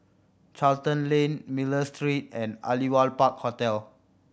Charlton Lane Miller Street and Aliwal Park Hotel